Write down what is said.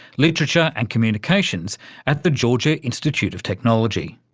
literature and communications at the georgia institute of technology.